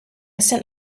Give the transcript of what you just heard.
sent